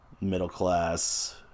middle-class